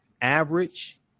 average